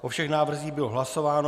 O všech návrzích bylo hlasováno.